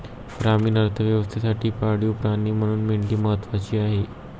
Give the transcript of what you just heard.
ग्रामीण अर्थव्यवस्थेसाठी पाळीव प्राणी म्हणून मेंढी महत्त्वाची आहे